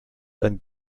and